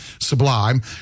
sublime